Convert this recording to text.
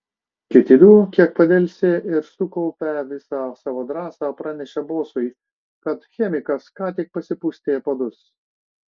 kiti du kiek padelsė ir sukaupę visą savo drąsą pranešė bosui kad chemikas ką tik pasipustė padus